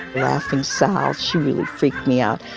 laughing sal? she really freaked me out.